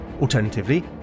Alternatively